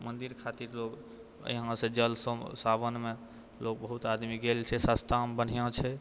मन्दिर खातिर लोक यहाँसँ जलसँ सावनमे लोक बहुत आदमी गेल छै सस्तामे बढ़िआँ छै